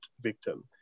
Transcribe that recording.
victim